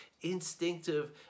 instinctive